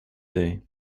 day